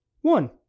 one